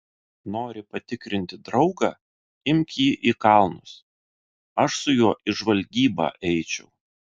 nori patikrinti draugą imk jį į kalnus aš su juo į žvalgybą eičiau